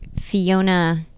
Fiona